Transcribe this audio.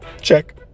Check